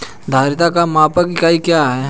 धारिता का मानक इकाई क्या है?